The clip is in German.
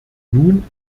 nun